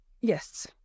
yes